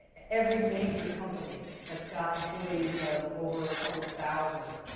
every major company that's got employees of over a couple of thousand,